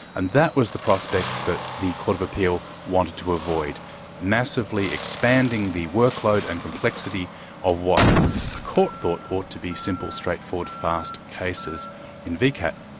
and that was the prospect that but the court of appeal wanted to avoid massively expanding the workload and complexity of what the court thought ought to be simple, straightforward, fast cases in vcat.